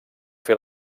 fer